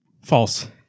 False